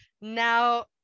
now